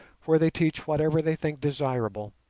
where they teach whatever they think desirable,